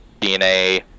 DNA